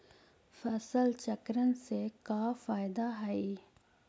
फसल चक्रण से का फ़ायदा हई?